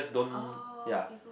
orh people